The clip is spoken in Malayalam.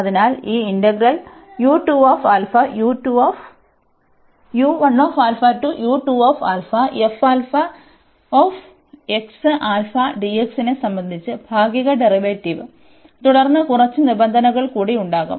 അതിനാൽ ഈ നെ സംബന്ധിച്ച ഭാഗിക ഡെറിവേറ്റീവ് തുടർന്ന് കുറച്ച് നിബന്ധനകൾ കൂടി ഉണ്ടാകും